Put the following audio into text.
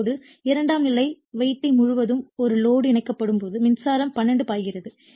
இப்போது இரண்டாம் நிலை வைண்டிங் முழுவதும் ஒரு லோடு இணைக்கப்படும் போது மின்சாரம் I2 பாய்கிறது